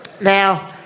Now